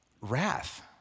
wrath